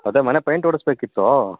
ಅದೆ ಮನೆ ಪೇಂಟ್ ಹೊಡೆಸ್ಬೇಕಿತ್ತು